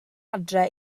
adre